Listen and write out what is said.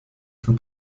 von